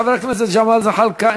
חבר הכנסת ג'מאל זחאלקה,